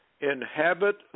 Inhabit